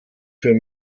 für